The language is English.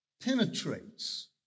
penetrates